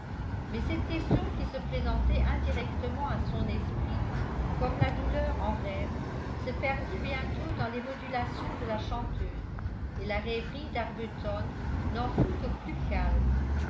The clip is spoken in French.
mais cette question qui se présentait indirectement à son esprit comme la douleur en rêve se perdit bientôt dans les modulations de la chanteuse et la rêverie d'arbuton n'en fut que plus calme